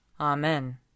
Amen